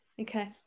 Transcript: Okay